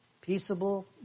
peaceable